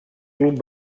club